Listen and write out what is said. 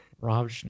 Rob